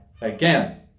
again